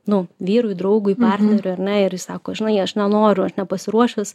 nu vyrui draugui partneriui ar ne ir jis sako žinai aš nenoriu aš nepasiruošęs